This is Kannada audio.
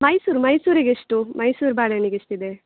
ಮೈಸೂರು ಮೈಸೂರಿಗೆ ಎಷ್ಟು ಮೈಸೂರು ಬಾಳೆಹಣ್ಣಿಗೆ ಎಷ್ಟಿದೆ